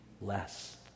less